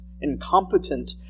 incompetent